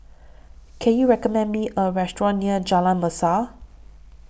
Can YOU recommend Me A Restaurant near Jalan Mesra